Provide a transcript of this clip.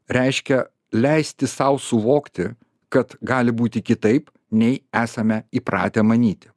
reiškia leisti sau suvokti kad gali būti kitaip nei esame įpratę manyti